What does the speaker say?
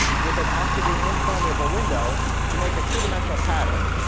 with an oxygen-impermeable window, you make a two-dimensional pattern